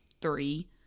three